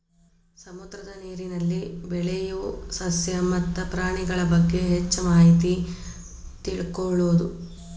ಸಮುದ್ರದ ನೇರಿನಲ್ಲಿ ಬೆಳಿಯು ಸಸ್ಯ ಮತ್ತ ಪ್ರಾಣಿಗಳಬಗ್ಗೆ ಹೆಚ್ಚ ಮಾಹಿತಿ ತಿಳಕೊಳುದು